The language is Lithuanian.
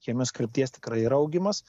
chemijos krypties tikrai yra augimas